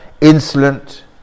insolent